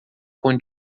com